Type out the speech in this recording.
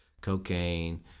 cocaine